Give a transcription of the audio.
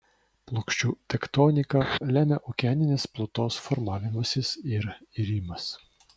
plokščių tektoniką lemia okeaninės plutos formavimasis ir irimas